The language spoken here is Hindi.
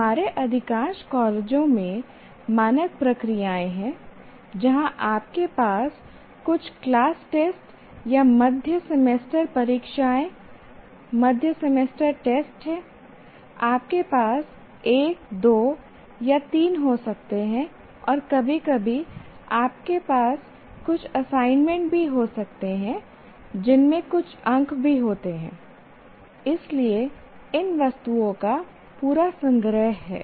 हमारे अधिकांश कॉलेजों में मानक प्रक्रियाएँ हैं जहाँ आपके पास कुछ क्लास टेस्ट या मध्य सेमेस्टर परीक्षाएँ मध्य सेमेस्टर टेस्ट हैं आपके पास 1 2 या 3 हो सकते हैं और कभी कभी आपके पास कुछ असाइनमेंट भी हो सकते हैं जिनमें कुछ अंक भी होते हैं इसलिए इन वस्तुओं का पूरा संग्रह है